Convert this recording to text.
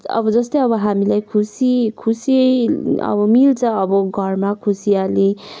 अब जस्तै अब हामीलाई खुसी खुसी अब मिल्छ अब घरमा खुसियाली